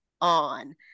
on